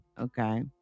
Okay